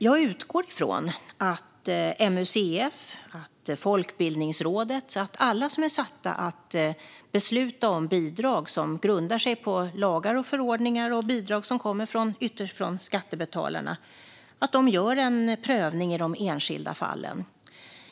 Jag utgår från att MUCF och Folkbildningsrådet, ja, att alla som är satta att besluta om bidrag som grundar sig på lagar och förordningar och bidrag som ytterst kommer från skattebetalarna gör en prövning i de enskilda fallen.